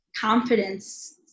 confidence